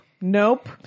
nope